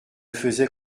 faisait